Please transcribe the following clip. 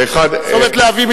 צומת להבים,